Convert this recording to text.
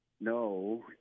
No